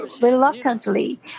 reluctantly